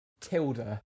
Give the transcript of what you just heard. Tilda